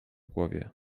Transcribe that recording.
głowie